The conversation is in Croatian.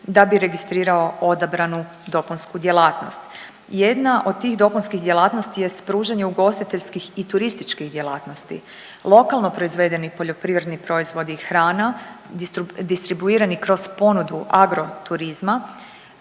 da bi registrirao odabranu dopunsku djelatnost. Jedna od tih dopunskih djelatnosti jest pružanje ugostiteljskih i turističkih djelatnosti. Lokalno proizvedeni poljoprivredni proizvodi i hrana distribuirani kroz ponudu agroturizma